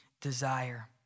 desire